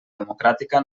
democràtica